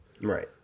right